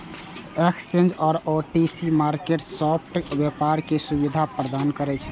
exchange आ OTC market spot व्यापार के सुविधा प्रदान करै छै